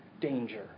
danger